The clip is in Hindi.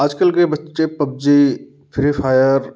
आजकल के बच्चे पब्जी फ्री फायर